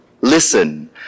Listen